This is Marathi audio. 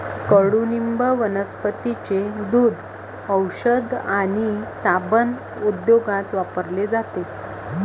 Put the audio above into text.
कडुनिंब वनस्पतींचे दूध, औषध आणि साबण उद्योगात वापरले जाते